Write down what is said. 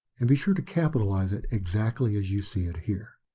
and be sure to capitalize it exactly as you see it here.